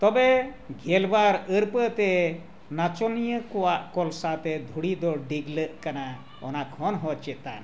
ᱛᱚᱵᱮ ᱜᱮᱞᱵᱟᱨ ᱟᱹᱨᱯᱟᱹᱛᱮ ᱱᱟᱪᱚᱱᱤᱭᱟᱹ ᱠᱚᱣᱟᱜ ᱠᱚᱞᱥᱟᱛᱮ ᱫᱷᱩᱲᱤ ᱫᱚ ᱰᱤᱜᱽᱞᱟᱹᱜ ᱠᱟᱱᱟ ᱚᱱᱟ ᱠᱷᱚᱱ ᱦᱚᱸ ᱪᱮᱛᱟᱱ